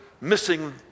missing